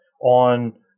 on